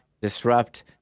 disrupt